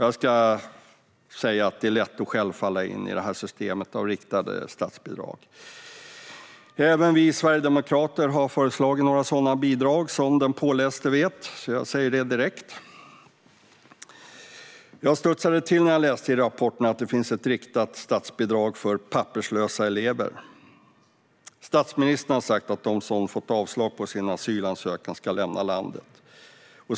Jag ska säga att det är lätt att själv falla in i systemet av riktade statsbidrag. Även vi sverigedemokrater har föreslagit några sådana bidrag, som den påläste vet, så jag säger det direkt. Jag studsade till när jag läste i rapporten att det finns ett riktat statsbidrag för papperslösa elever. Statsministern har sagt att de som har fått avslag på sin asylansökan ska lämna landet.